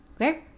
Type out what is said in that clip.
okay